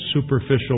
superficial